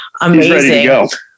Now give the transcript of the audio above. amazing